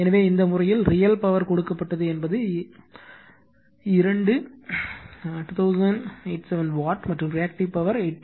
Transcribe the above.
எனவே இந்த முறையில் ரியல் பவர் கொடுக்கப்பட்டது என்பது இரண்டு 2087 வாட் மற்றும் ரியாக்ட்டிவ் பவர் 834